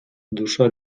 душа